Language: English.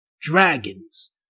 dragons